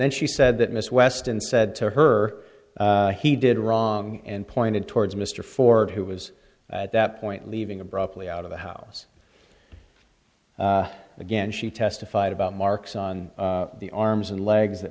then she said that miss weston said to her he did wrong and pointed towards mr ford who was at that point leaving abruptly out of the house again she testified about marks on the arms and legs that